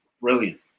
brilliant